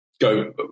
go